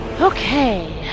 okay